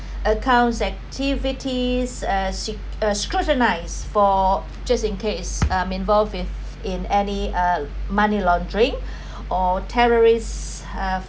accounts activities uh scrutinized for just in case I'm involved with in any uh money laundering or terrorists uh